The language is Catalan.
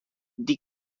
dic